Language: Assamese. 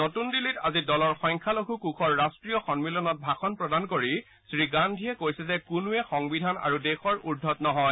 নতুন দিল্লীত আজি দলৰ সংখ্যালঘু কোষৰ ৰাষ্ট্ৰীয় সমিলনত ভাষণ প্ৰদান কৰি শ্ৰী গান্ধীয়ে কৈছে যে কোনোৱেই সংবিধান আৰু দেশৰ উৰ্দ্ধত নহয়